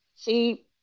See